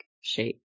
shape